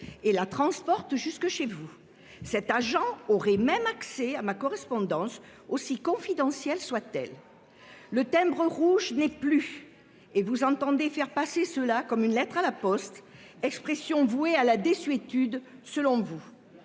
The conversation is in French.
et la transporte jusque chez vous. Cet agent aurait même accès à ma correspondance aussi confidentielles. Le timbre rouge n'est plus et vous entendez faire passer cela comme une lettre à la Poste expression voué à la désuétude selon vous.